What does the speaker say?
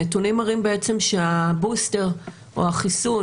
הנתונים מראים בעצם שהבוסטר או החיסון,